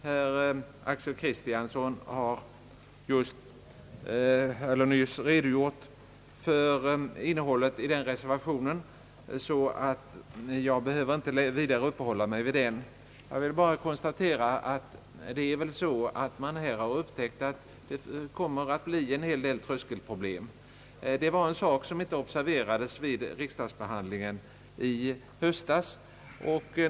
Herr Axel Kristiansson har nyss redogjort för innehållet i denna reservation, varför jag inte närmare behöver gå in därpå. Jag vill bara konstatera att man upptäckt en del tröskelproblem, som inte observerades vid riksdagsbehandlingen i höstas.